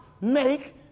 make